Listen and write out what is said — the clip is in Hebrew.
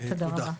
תודה.